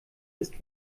ist